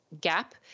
gap